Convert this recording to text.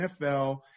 NFL